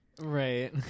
Right